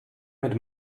mit